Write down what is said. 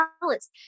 balance